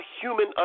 human